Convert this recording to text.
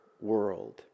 world